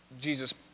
Jesus